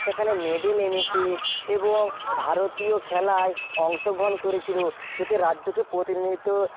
সেখানে মেডেল এনেছে এবং ভারতীয় খেলায় অংশগ্রহণ করেছিলো এতে রাজ্যকে পোতিনিধিত্ব